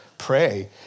pray